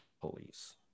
police